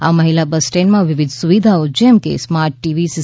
આ મહિલા બસ સ્ટેન્ડમાં વિવિધ સુવિધાઓ જેમ કે સ્માર્ટ ટીવી સી